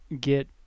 get